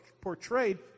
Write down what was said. portrayed